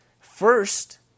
First